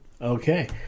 Okay